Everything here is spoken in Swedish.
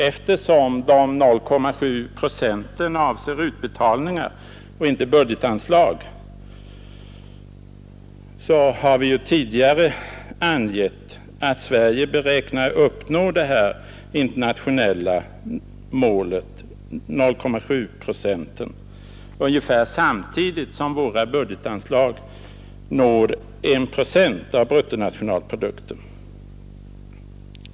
Eftersom de 0,7 procenten avser utbetalningar och inte budgetanslag, har vi ju tidigare angivit att Sverige beräknar uppnå detta internationella mål, 0,7 procent, ungefär samtidigt som våra budgetanslag når upp till 1 procent av bruttonationalprodukten.